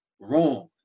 wrong